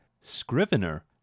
Scrivener